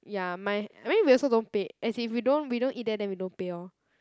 ya my I mean we also don't pay as in if we don't we don't eat there then we don't pay lor